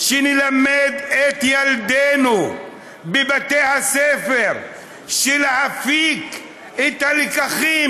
שנלמד את ילדינו בבתי הספר להפיק את הלקחים,